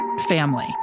family